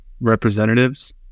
representatives